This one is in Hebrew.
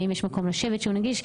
האם יש מקום לשבת שהוא נגיש?